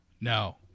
No